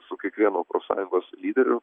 su kiekvienu profsąjungos lyderiu